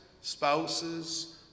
spouses